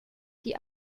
die